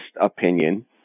opinion